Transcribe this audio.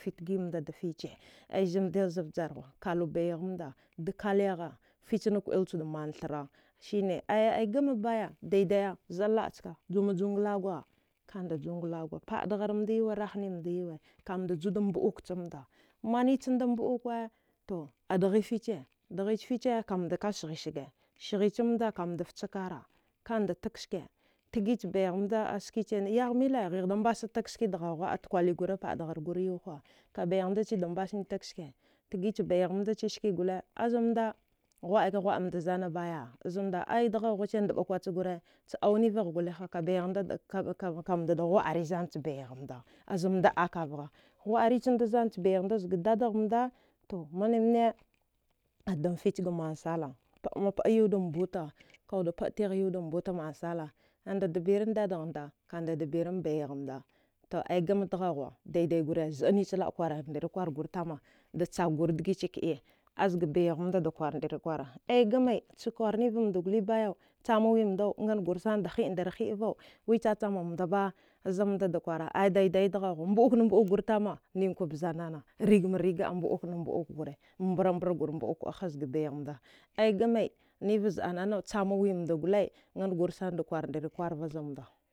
Kfi tagaimda dafiche aizamdilza vjarguwa kalo baighamda dakalyagha fichna kuəiljud manthara aya gama baya daidaya zəa laəchka juma juwan nglagwa kamdajug nglagwa paədaranmada yuwa rahninda yauwa kamda juda mbəukchamda manichamda mbəuka adghi fiche dghich fiche kamdaka sghisaga sghichamda kamda fchakara kamda tagske tgich baighamda aske yaghmile ghighda mbasatagske dghaughwa atkwali gura apaədghargur yauha kabaighamdacheda mbasa tagske tgich baighamda skiche gole zanda ghuwa. aki ghuwa amda zana baya zamda aya dghau huche ndɓa kwacha gure aunivagh goliha kabaighamda da kaɓakaɓa kamdada ghuwa. ari zancha baighamda zanda akavgha ghuwaarichamda zga dadaghda to manemane adamfichga mansala paəma pəa yaudan buta kawudda paətigh yaudan buta mansala kamdada biran dadghamda kamda barin baighamda to aigama dghauwa daidai gura zəa nichlaə kwaramdrikwar gur tama dachkgwar dgiche kɗiye azga baighamda dakwaramdri kwara aya gamai chakwarnivamda gole bayau chamawimdau ngan gursanda hiəndar hiəavau wichachamdaba azdada kwara daidaiya dghaughwa mbəukna mbəukgurtama ninkwa bzanana rigmariga ambəukna mbəduk gura ma mbrambragur mbəu kuəa hazga baighamda aya gamai niva zəa nanau chamawimda gole ngangursanda kwarndrikwarva zamda.